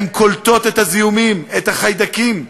הן קולטות את הזיהומים, את החיידקים,